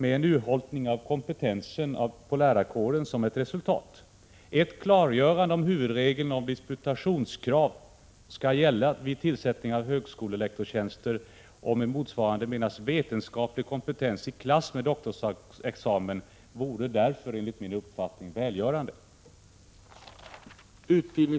Det vore därför enligt min uppfattning bra med ett klargörande att huvudregeln om disputationskrav skall gälla vid tillsättning av högskolelektorstjänster och att med ”motsvarande vetenskaplig kompetens” menas kompetens i klass med doktorsexamen.